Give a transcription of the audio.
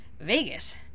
Vegas